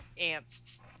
ants